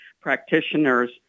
practitioners